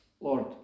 Lord